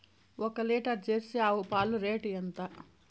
ఒక litre jersey ఆవు పాలు రేటు ఎంత?